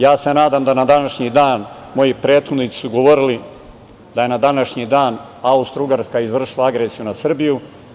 Ja se nadam da na današnji dan, moji prethodnici su govorili, na današnji dan Austrougarska je izvršila agresiju na Srbiju…